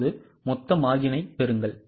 இப்போது மொத்த margin ஐ பெறுங்கள்